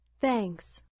Thanks